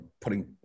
putting